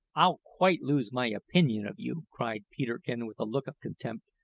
i'll quite lose my opinion of you, cried peterkin with a look of contempt.